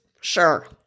Sure